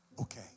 okay